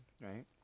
right